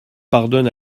pardonne